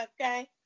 okay